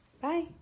Bye